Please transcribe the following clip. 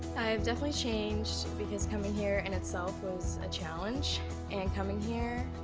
i've definitely changed because coming here and itself was a challenge and coming here,